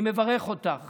אני מברך אותך